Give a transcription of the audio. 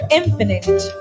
infinite